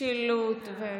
שילוט, כן.